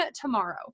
tomorrow